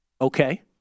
okay